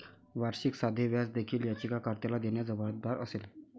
वार्षिक साधे व्याज देखील याचिका कर्त्याला देण्यास जबाबदार असेल